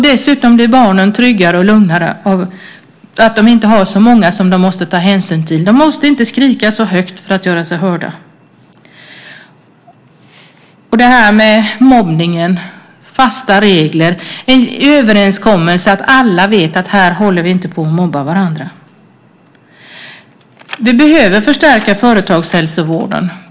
Dessutom blir barnen tryggare och lugnare av att det inte finns så många att ta hänsyn till. De måste inte skrika så högt för att göra sig hörda. Sedan var det frågan om mobbning och fasta regler. Det ska finnas en överenskommelse så att alla vet att man inte mobbar varandra här. Vi behöver förstärka företagshälsovården.